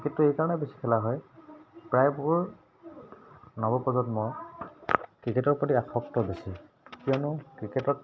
ক্ৰিকেটটো এইকাৰণে বেছি খেলা হয় প্ৰায়বোৰ নৱপ্ৰজন্ম ক্ৰিকেটৰ প্ৰতি আসক্ত বেছি কিয়নো ক্ৰিকেটত